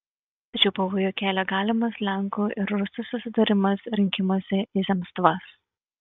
tačiau pavojų kelia galimas lenkų ir rusų susidūrimas rinkimuose į zemstvas